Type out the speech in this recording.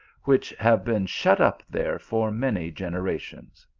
which have been shut up there for many genera tions.